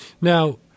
Now